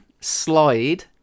Slide